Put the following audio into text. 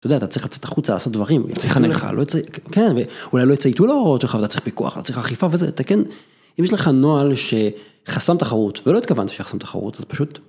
אתה יודע, אתה צריך לצאת החוצה לעשות דברים, צריך... כן, ואולי לא יצייתו לו או שבכלל לא צריך פיקוח, לא צריך אכיפה וזה... אתה כן, אם יש לך נוהל שחסם תחרות ולא התכוונת שיחסום תחרות אז פשוט...